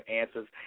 answers